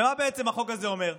ומה בעצם החוק הזה אומר?